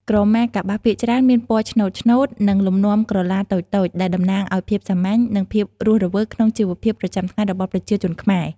ក្រមាកប្បាសភាគច្រើនមានពណ៌ឆ្នូតៗ និងលំនាំក្រឡាតូចៗ ដែលតំណាងឱ្យភាពសាមញ្ញ និងភាពរស់រវើកក្នុងជីវភាពប្រចាំថ្ងៃរបស់ប្រជាជនខ្មែរ។